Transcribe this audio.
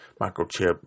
microchip